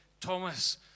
Thomas